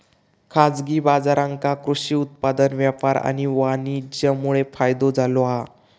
खाजगी बाजारांका कृषि उत्पादन व्यापार आणि वाणीज्यमुळे फायदो झालो हा